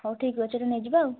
ହଉ ଠିକ୍ ଅଛି ଏଇଟା ନେଇଯିବା ଆଉ